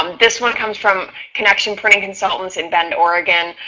um this one comes from connection printing consultants in bend, oregon,